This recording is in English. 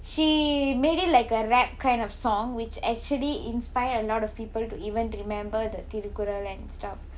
she made it like a rap kind of song which actually inspired a lot of people to even remember the thirukkural and stuff